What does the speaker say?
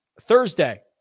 Thursday